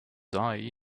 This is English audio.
die